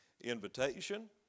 invitation